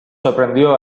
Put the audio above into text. sorprendió